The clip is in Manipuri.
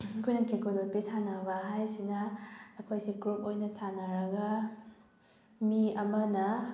ꯑꯩꯈꯣꯏꯅ ꯀꯦꯀꯨ ꯂꯣꯠꯄꯤ ꯁꯥꯟꯅꯕ ꯍꯥꯏꯁꯤꯅ ꯑꯩꯈꯣꯏꯁꯦ ꯒ꯭ꯔꯨꯞ ꯑꯣꯏꯅ ꯁꯥꯟꯅꯔꯒ ꯃꯤ ꯑꯃꯅ